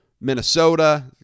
Minnesota